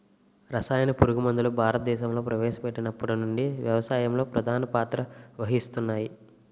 రసాయన పురుగుమందులు భారతదేశంలో ప్రవేశపెట్టినప్పటి నుండి వ్యవసాయంలో ప్రధాన పాత్ర వహిస్తున్నాయి